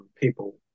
people